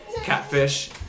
catfish